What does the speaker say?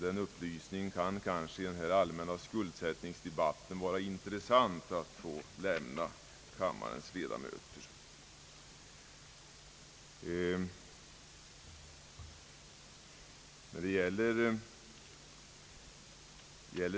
Den upplysningen kan kanske i den här allmänna skuldsättningsdebatten vara intressant att få lämna kammarens ledamöter.